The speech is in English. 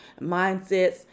mindsets